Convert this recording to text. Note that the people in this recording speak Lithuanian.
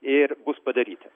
ir bus padaryta